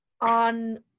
on